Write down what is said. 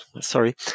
sorry